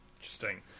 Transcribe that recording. Interesting